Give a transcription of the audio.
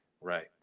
right